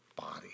body